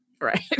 Right